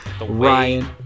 Ryan